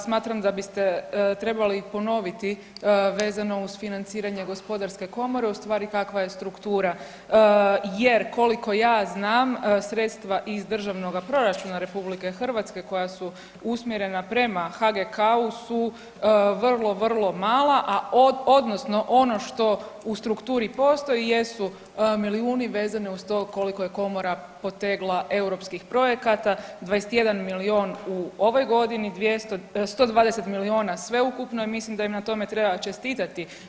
Smatram da biste trebali ponoviti vezano uz financiranje Gospodarske komore u stvari kakva je struktura, jer koliko ja znam sredstva iz državnoga proračuna RH koja su usmjerena prema HGK-u su vrlo, vrlo mala odnosno ono što u strukturi postoji jesu milijuni vezani uz to koliko je Komora potegla europskih projekata, 21 milijun u ovoj godini, 120 milijuna sveukupno i mislim da im na tome treba čestitati.